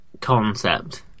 concept